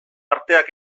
arteak